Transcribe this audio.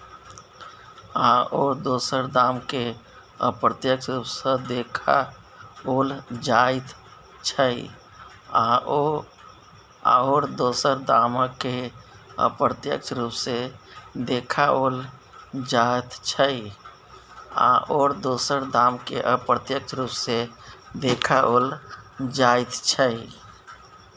आओर दोसर दामकेँ अप्रत्यक्ष रूप सँ देखाओल जाइत छै